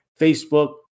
Facebook